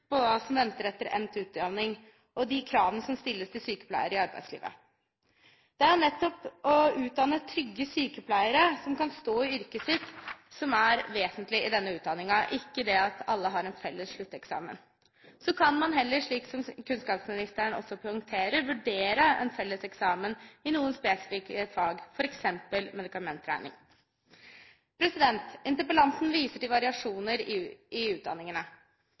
hva som venter etter endt utdanning, og de kravene som stilles til sykepleiere i arbeidslivet. Det er nettopp å utdanne trygge sykepleiere som kan stå i yrket sitt, som er vesentlig i denne utdanningen, ikke at alle har en felles slutteksamen. Så kan man heller, slik kunnskapsministeren også poengterer, vurdere en felles eksamen i noen spesifikke fag, f.eks. medikamentregning. Interpellanten viser til variasjoner i utdanningene. Variasjon i